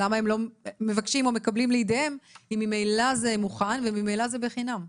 למה הם לא מבקשים או מקבלים לידיהם אם ממילא זה מוכן וממילא זה בחינם?